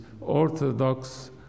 Orthodox